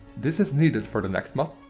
this is needed for the next mod.